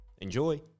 Enjoy